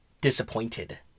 disappointed